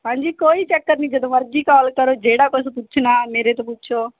ਹਾਂਜੀ ਕੋਈ ਚੱਕਰ ਨਹੀਂ ਜਦੋਂ ਮਰਜ਼ੀ ਕਾਲ ਕਰੋ ਜਿਹੜਾ ਕੁਛ ਪੁੱਛਣਾ ਮੇਰੇ ਤੋਂ ਪੁੱਛੋ